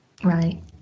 Right